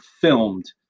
filmed